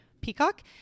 Peacock